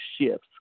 shifts